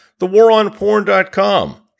thewaronporn.com